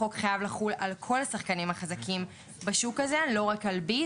החוק חייב לחול על כל השחקנים החזקים בשוק הזה; לא רק על ביט,